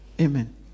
Amen